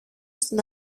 στην